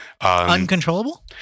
Uncontrollable